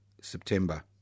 September